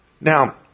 Now